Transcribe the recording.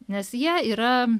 nes jie yra